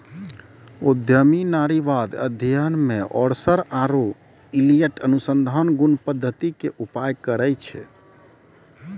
उद्यमी नारीवाद अध्ययन मे ओरसर आरु इलियट अनुसंधान गुण पद्धति के उपयोग करै छै